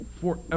forever